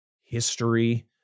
history